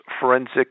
forensic